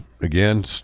again